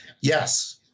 Yes